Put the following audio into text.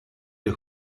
dei